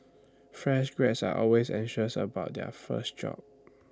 fresh grads are always anxious about their first job